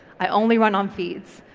i only run on feeds,